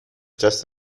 دست